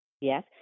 Yes